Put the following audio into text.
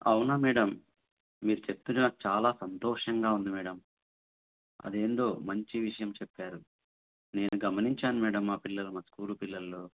అవునా మేడం మీరు చెప్తున్నారు చాలా సంతోషంగా ఉంది మేడం అది ఏదో మంచి విషయం చెప్పారు నేను గమనించాను మేడం మా పిల్లలు మా స్కూల్ పిల్లలు